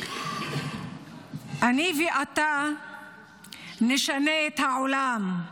"אני ואתה נשנה את העולם.